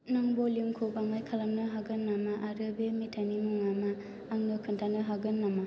नों भलिउमखौ बाङाइ खालामनो हागोन नामा आरो बे मेथाइनि मुङा मा आंनो खोन्थानो हागोन नामा